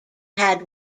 had